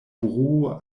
bruo